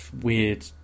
weird